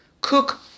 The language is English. Cook